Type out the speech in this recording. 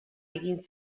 egin